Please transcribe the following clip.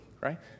right